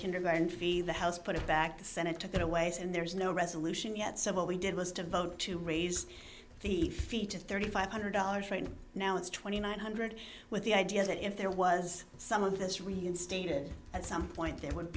kindergarten fee the house put it back the senate took it away and there is no resolution yet so what we did was to vote to raise the fee to thirty five hundred dollars right now it's twenty nine hundred with the idea that if there was some of this reinstated at some point there would